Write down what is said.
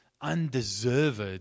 undeserved